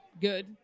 good